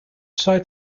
side